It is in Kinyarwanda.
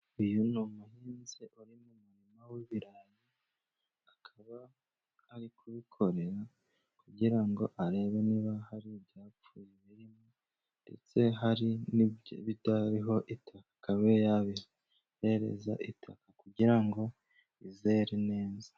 Uyu ni umuhinzi uri mu murima w'ibirayi, akaba ari kubikorera, kugira ngo arebe niba, hari ibyapfuye birimo, ndetse hari ni ibitariho itaka, yabihereza itaka kugira ngo bizere neza.